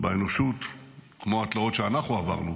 באנושות כמו התלאות שאנחנו עברנו,